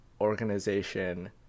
organization